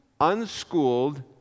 unschooled